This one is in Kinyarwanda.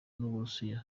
n’uburusiya